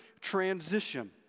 transition